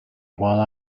while